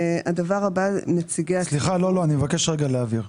סליחה, לא, לא, אני מבקש רגע להבהיר.